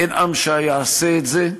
אין עם שיעשה את זה.